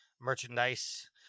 merchandise